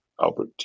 Albert